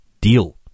deal